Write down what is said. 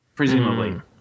Presumably